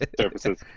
services